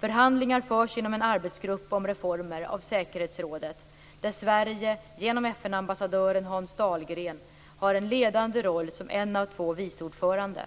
Förhandlingar förs inom en arbetsgrupp om reformer av säkerhetsrådet där Sverige genom FN-ambassadören Hans Dahlgren har en ledande roll som en av två viceordföranden.